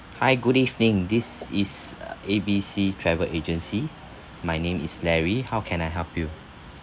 hi good evening this is uh A B C travel agency my name is larry how can I help you